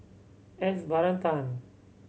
S Varathan